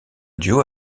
duo